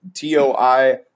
Toi